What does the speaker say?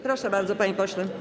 Proszę bardzo, panie pośle.